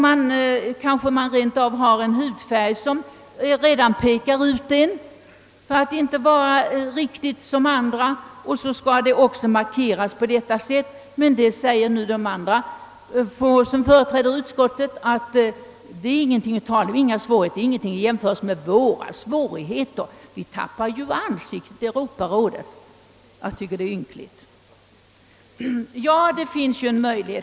En del av barnen har kanske en hudfärg som redan pekar ut dem såsom varande icke riktigt som andra, och så skall det markeras även på detta sätt. Men företrädare för utskottet anser som sagt att detta inte är någonting i jämförelse med deras egna svårigheter. »Vi tappar ju ansiktet i Europarådet», heter det. Jag tycker att det är ynkligt med denna inställning.